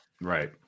Right